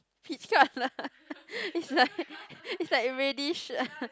peach colour it's like it's like reddish